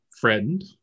friend